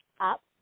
up